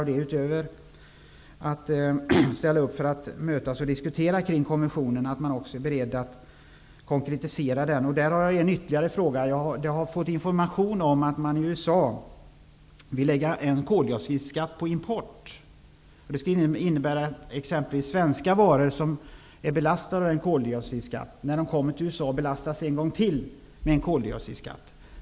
Dessutom hoppas jag att den inte bara är intresserad av att mötas för att diskutera den här konventionen utan att den också är beredd till konkretiseringar. Jag har fått information om att man i USA vill belägga importen med en koldioxidskatt. Det skulle innebära att exempelvis svenska varor, som redan är belastade med en sådan skatt, belastas en gång till när de kommer till USA.